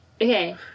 Okay